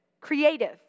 creative